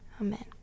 amen